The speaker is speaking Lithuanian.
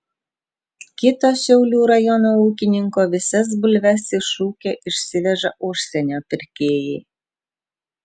kito šiaulių rajono ūkininko visas bulves iš ūkio išsiveža užsienio pirkėjai